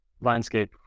landscape